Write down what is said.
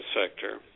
sector